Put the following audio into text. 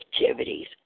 activities